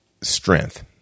strength